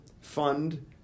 fund